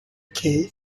kay